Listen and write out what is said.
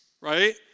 right